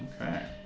Okay